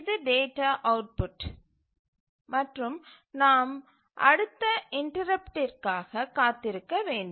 இது data output மற்றும் நாம் அடுத்த இன்டரப்ட்டிற்காக காத்திருக்க வேண்டும்